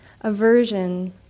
aversion